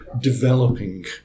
developing